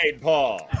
Paul